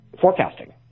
forecasting